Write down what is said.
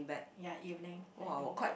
ya evening I bring back